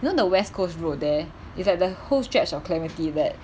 you know the west coast road there is like the whole stretch of clementi that